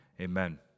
Amen